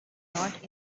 not